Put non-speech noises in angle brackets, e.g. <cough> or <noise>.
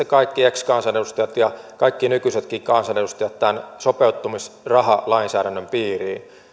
<unintelligible> kaikki ex kansanedustajat ja kaikki nykyisetkin kansanedustajat tämän sopeutumisrahalainsäädännön piiriin